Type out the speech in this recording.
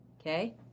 Okay